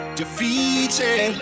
defeated